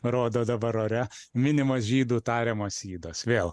rodo dabar ore minimos žydų tariamas ydos vėl